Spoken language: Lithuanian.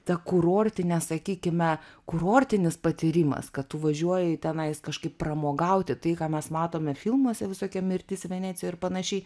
ta kurortinė sakykime kurortinis patyrimas kad tu važiuoji tenai kažkaip pramogauti tai ką mes matome filmuose visokie mirtis venecijoj ir panašiai